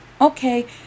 Okay